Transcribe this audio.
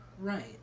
Right